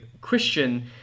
Christian